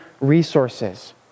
resources